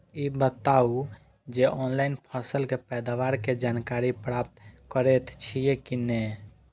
ई बताउ जे ऑनलाइन फसल के पैदावार के जानकारी प्राप्त करेत छिए की नेय?